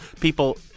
people